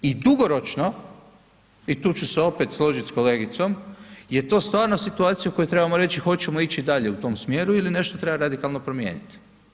I dugoročno i tu ću se opet složiti s kolegicom je to stvarno situacija u kojoj trebamo reći hoćemo ići dalje u tom smjeru ili nešto treba radikalno promijeniti.